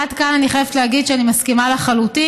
עד כאן אני חייבת להגיד שאני מסכימה לחלוטין.